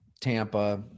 Tampa